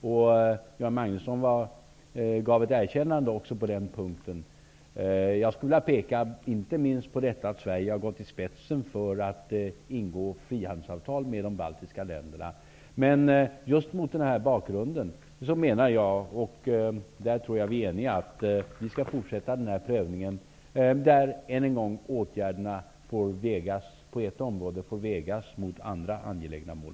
Göran Magnusson gav ett erkännande på den punkten. Jag skulle vilja peka på att Sverige gått i spetsen för att ingå frihandelsavtal med de baltiska länderna. Mot den bakgrunden menar jag, och där är Göran Magnusson och jag eniga, att vi skall fortsätta prövningen. Åtgärderna på ett område får vägas mot andra angelägna mål.